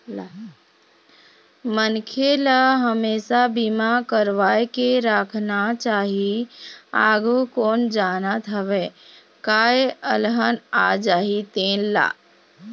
मनखे ल हमेसा बीमा करवा के राखना चाही, आघु कोन जानत हवय काय अलहन आ जाही तेन ला